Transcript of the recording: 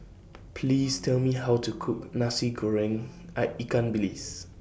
Please Tell Me How to Cook Nasi Goreng I Ikan Bilis